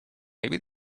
maybe